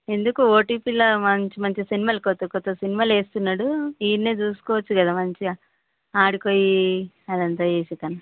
ఎందుకు ఓటిటీలో మంచి మంచి సినిమాలు కొత్త కొత్త సినిమాలు వేస్తున్నాడు ఈడ చూసుకోవచ్చు కదా మంచిగా ఆడకి పోయి అదంతా చేసే కన్నా